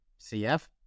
CF